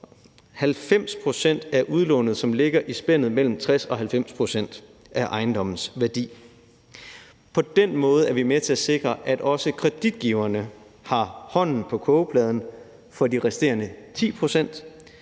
90 pct. af udlånet, som ligger i spændet mellem 60 og 90 pct. af ejendommens værdi. På den måde er vi med til at sikre, at også kreditgiverne har hånden på kogepladen for de resterende 10 pct.